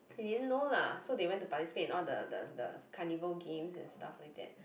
they didn't know lah so they went to participate in all the the the carnival games and stuff like that